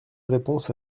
réponse